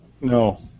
No